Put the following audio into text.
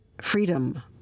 Freedom